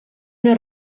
una